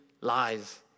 lies